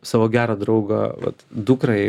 savo gerą draugą vat dukrai